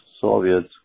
Soviets